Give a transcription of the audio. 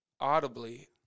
audibly